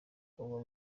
uba